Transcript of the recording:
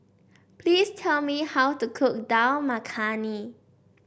please tell me how to cook Dal Makhani